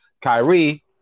Kyrie